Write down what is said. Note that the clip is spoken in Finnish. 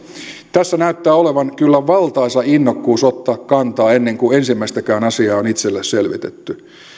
tässä näyttää olevan kyllä valtaisa innokkuus ottaa kantaa ennen kuin ensimmäistäkään asiaa on itselle selvitetty